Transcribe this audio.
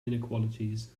inequalities